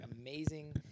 amazing